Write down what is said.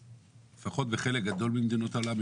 לפחות בחלק גדול ממדינות העולם,